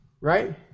Right